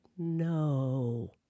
No